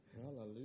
hallelujah